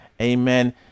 Amen